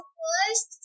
first